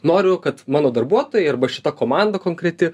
noriu kad mano darbuotojai arba šita komanda konkreti